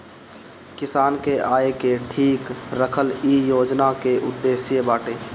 किसान के आय के ठीक रखल इ योजना के उद्देश्य बाटे